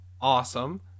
awesome